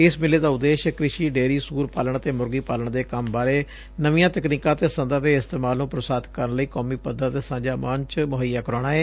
ਇਸ ਮੇਲੇ ਦਾ ਉਦੇਸ਼ ਕ੍ਰਿਸ਼ੀ ਡੇਅਰੀ ਸੁਰ ਪਾਲਣ ਅਤੇ ਮੁਰਗੀ ਪਾਲਣ ਦੇ ਕੰਮ ਬਾਰੇ ਨਵੀਆਂ ਤਕਨੀਕਾਂ ਅਤੇ ਸੰਦਾਂ ਦੇ ਇਸਤੇਮਾਲ ਨੰ ਪ੍ਰੋਤਸਾਹਤ ਕਰਨ ਲਈ ਕੌਮੀ ਪੱਧਰ ਤੇ ਸਾਂਝਾ ਮੰਚ ਮੁਹੱਈਆ ਕਰਾਉਣਾ ਏ